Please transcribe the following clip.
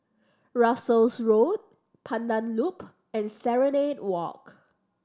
Russels Road Pandan Loop and Serenade Walk